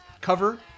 cover